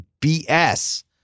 BS